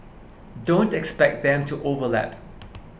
don't expect them to overlap